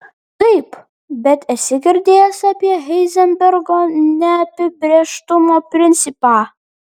taip bet esi girdėjęs apie heizenbergo neapibrėžtumo principą